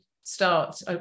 start